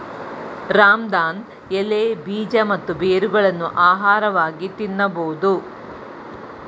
ರಾಮದಾನ್ ಎಲೆ, ಬೀಜ ಮತ್ತು ಬೇರುಗಳನ್ನು ಆಹಾರವಾಗಿ ತಿನ್ನಬೋದು